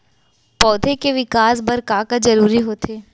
पौधे के विकास बर का का जरूरी होथे?